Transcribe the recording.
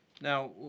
Now